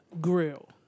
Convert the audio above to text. grill